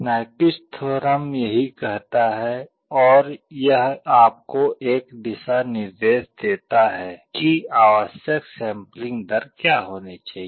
Nyquist theorem यही कहता है और यह आपको एक दिशानिर्देश देता है कि आवश्यक सैंपलिंग दर क्या होनी चाहिए